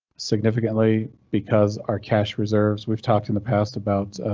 significantly, because our cash reserves we've talked in the past about.